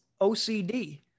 OCD